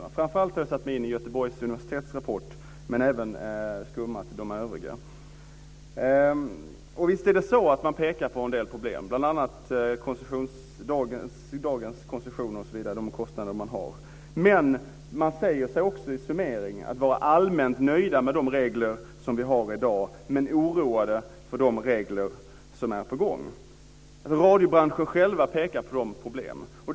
Jag har framför allt satt mig in i Göteborgsrapporten, men jag har även skummat de övriga. Visst pekar man på en del problem, bl.a. på kostnaderna för dagens koncessioner, men man säger sig också i summeringen vara allmänt nöjd med de regler som vi har i dag men vara oroad över de regler som är på gång. Radiobranschen har själv pekat på de problemen.